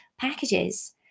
packages